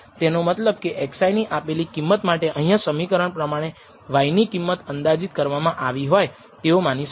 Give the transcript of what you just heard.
તેનો મતલબ કે x i ની આપેલી કિંમત માટે અહીંયા સમીકરણ પ્રમાણે y ની કિંમત અંદાજિત કરવામાં આવી હોય તેઓ માની શકાય